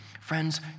Friends